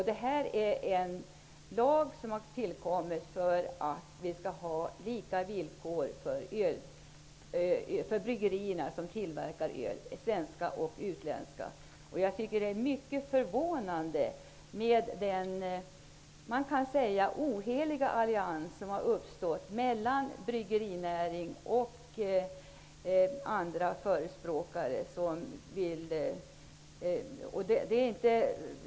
Denna lag syftar till att åstadkomma lika villkor för både svenska och utländska tillverkare av öl. Den oheliga allians som uppstått mellan bryggerinäring och andra förespråkare är förvånande.